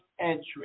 entry